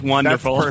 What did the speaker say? Wonderful